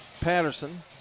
Patterson